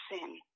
sin